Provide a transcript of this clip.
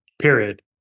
Period